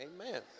Amen